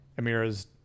Amira's